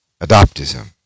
Adoptism